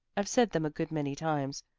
i've said them a good many times,